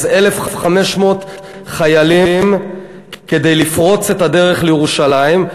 1,500 חיילים כדי לפרוץ את הדרך לירושלים.